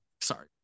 Sorry